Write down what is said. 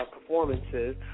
performances